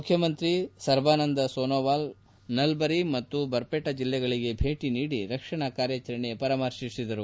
ಮುಖ್ಡಮಂತ್ರಿ ಸರ್ಬಾನಂದ ಸೋನೊವಾಲ್ ಅವರು ನಲ್ಲರಿ ಮತ್ತು ಬರ್ಪೇಟ ಜಿಲ್ಲೆಗಳಗೆ ಭೇಟಿ ನೀಡಿ ರಕ್ಷಣಾ ಕಾರ್ಯಾಚರಣೆ ಪರಾಮರ್ಶಿಸಿದರು